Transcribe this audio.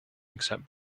except